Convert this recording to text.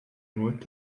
nuot